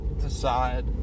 decide